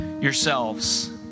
yourselves